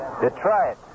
Detroit